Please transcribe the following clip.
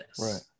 right